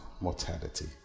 mortality